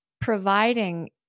providing